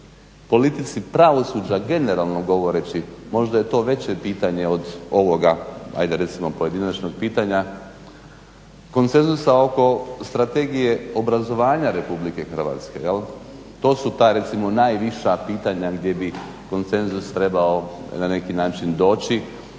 politici pravosuđa generalno govoreći, možda je to veće pitanje od ovoga hajde recimo pojedinačnog pitanja konsenzusa oko Strategije obrazovanja Republike Hrvatske. To su ta recimo najviša pitanja gdje bi konsenzus trebao na neki način doći,